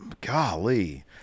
golly